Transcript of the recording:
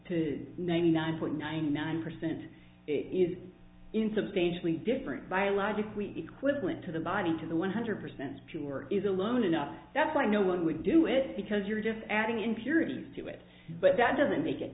to ninety nine point nine nine percent is in substantially different biologically equivalent to the body to the one hundred percent pure is alone enough that's why no one would do it because you're just adding impurities to it but that doesn't make it